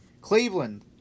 Cleveland